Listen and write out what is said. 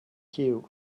cue